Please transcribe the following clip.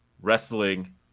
wrestling